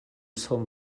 sawm